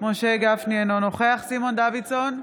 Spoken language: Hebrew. משה גפני, אינו נוכח סימון דוידסון,